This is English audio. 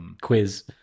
Quiz